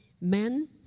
Men